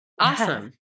Awesome